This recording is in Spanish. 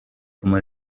como